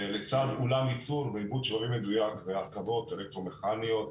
לצד אולם ייצור ועיבוד שבבים מדויק והרכבות אלקטרו-מכניות,